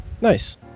Nice